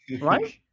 right